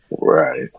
Right